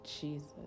jesus